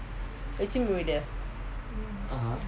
(uh huh)